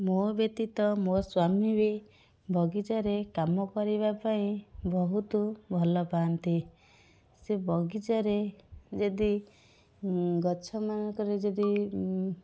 ମୋ ବ୍ୟତୀତ ମୋ ସ୍ୱାମୀ ବି ବଗିଚାରେ କାମ କରିବାପାଇଁ ବହୁତ ଭଲ ପାଆନ୍ତି ସେ ବଗିଚାରେ ଯଦି ଗଛମାନଙ୍କରେ ଯଦି